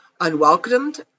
unwelcomed